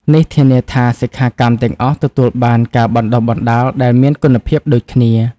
នេះធានាថាសិក្ខាកាមទាំងអស់ទទួលបានការបណ្តុះបណ្តាលដែលមានគុណភាពដូចគ្នា។